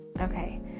Okay